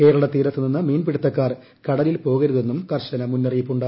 കേരള തീരത്ത് നിന്ന് മീൻപിടുത്തക്കാർ കടലിൽ പോകരുതെന്നും കർശന മുന്നറിയിപ്പുണ്ട്